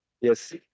Yes